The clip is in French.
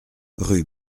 rue